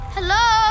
Hello